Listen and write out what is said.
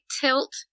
tilt